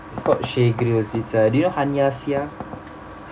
it's called chez grillz it's uh do you know hanya seah